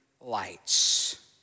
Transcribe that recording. lights